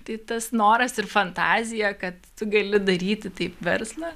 tai tas noras ir fantazija kad tu gali daryti taip verslą